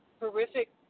horrific